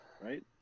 right